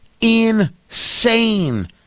insane